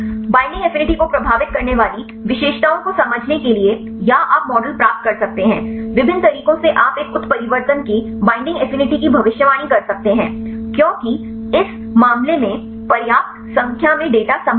binding affinity को प्रभावित करने वाली विशेषताओं को समझने के लिए या आप मॉडल प्राप्त कर सकते हैं विभिन्न तरीकों से आप एक उत्परिवर्तन के बईंडिंग एफिनिटी की भविष्यवाणी कर सकते हैं क्योंकि इस मामले में पर्याप्त संख्या में डेटा संभव है